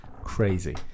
Crazy